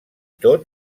tot